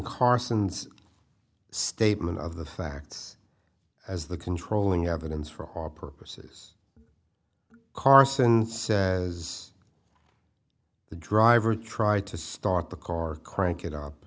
carson's statement of the facts as the controlling evidence for all purposes carson says the driver tried to start the car crank it up